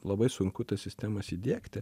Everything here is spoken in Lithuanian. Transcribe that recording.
labai sunku tas sistemas įdiegti